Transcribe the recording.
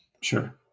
Sure